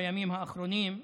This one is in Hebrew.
בימים האחרונים,